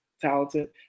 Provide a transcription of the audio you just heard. talented